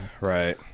Right